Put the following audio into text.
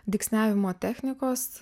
dygsniavimo technikos